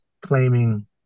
claiming